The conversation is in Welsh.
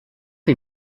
chi